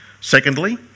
Secondly